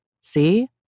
See